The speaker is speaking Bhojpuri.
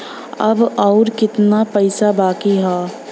अब अउर कितना पईसा बाकी हव?